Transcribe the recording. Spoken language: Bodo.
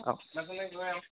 औ